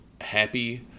happy